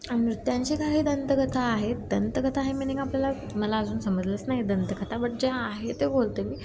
नृत्यांची काही दंतकथा आहेत दंतकथा हे मिनिंग आपल्याला मला अजून समजलंच नाही दंतकथा बट जे आहे ते बोलते मी